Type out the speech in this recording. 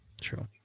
True